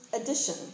addition